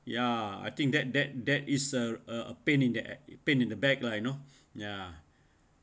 ya I think that that that is a a pain in the aa~ pain in the back lah you know yeah